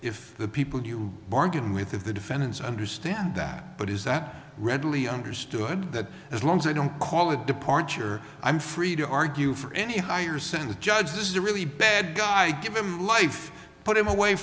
the people you bargain with of the defendants understand that but is that readily understood that as long as they don't call it a departure i'm free to argue for any higher send the judge this is a really bad guy give him life put him away